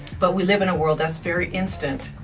but we live in a world that's very instant.